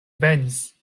venis